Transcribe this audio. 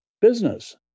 business